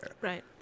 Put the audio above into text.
right